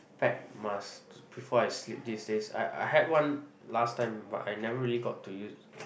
pack mask before I sleep these day I I had one last time but I never really got to use